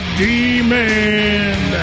demon